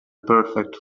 perfect